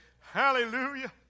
Hallelujah